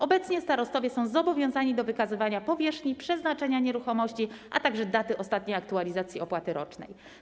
Obecnie starostowie są zobowiązani do wykazywania powierzchni, przeznaczenia nieruchomości, a także daty ostatniej aktualizacji opłaty rocznej.